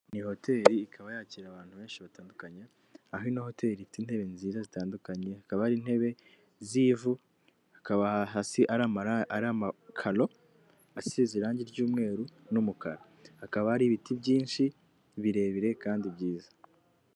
Iyi ni hoteli ikaba yakira abantu benshi batandukanye, aho ino hoteri ifite intebe nziza zitandukanye hakaba ari intebe z'ivu hakabaha hasi ari amakaro asize irangi ry'umweru hakaba hari ibiti byinshi birebire kandi byiza.